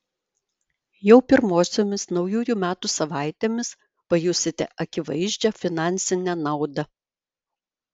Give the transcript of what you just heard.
jau pirmosiomis naujųjų metų savaitėmis pajusite akivaizdžią finansinę naudą